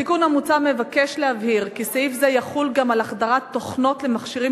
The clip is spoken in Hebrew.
התיקון המוצע מבקש להבהיר כי סעיף זה יחול גם על החדרת תוכנות למכשירים